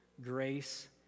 grace